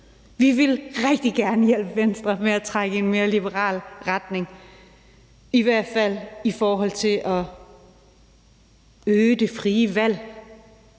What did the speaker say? Vi vil rigtig gerne hjælpe Venstre med at trække i en mere liberal retning, i hvert fald i forhold til at styrke det frie valg